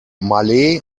malé